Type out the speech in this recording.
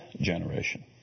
generation